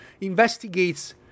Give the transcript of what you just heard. investigates